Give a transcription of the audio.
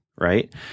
right